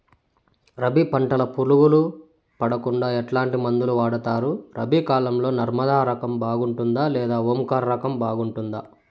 రబి పంటల పులుగులు పడకుండా ఎట్లాంటి మందులు వాడుతారు? రబీ కాలం లో నర్మదా రకం బాగుంటుందా లేదా ఓంకార్ రకం బాగుంటుందా?